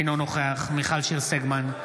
אינו נוכח מיכל שיר סגמן,